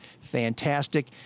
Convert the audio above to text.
fantastic